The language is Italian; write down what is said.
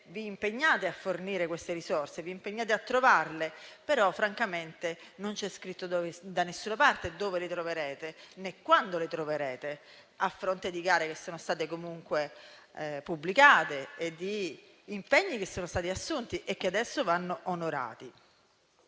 vi impegnate a fornire queste risorse, vi impegnate a trovarle, però francamente non c'è scritto da nessuna parte dove le troverete, né quando le troverete, a fronte di gare che sono state comunque pubblicate e di impegni che sono stati assunti e che adesso vanno onorati.